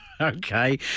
Okay